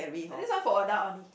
this one for adult only